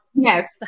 Yes